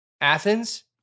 Athens